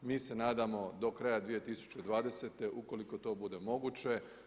Mi se nadamo do kraja 2020. ukoliko to bude moguće.